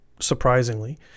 surprisingly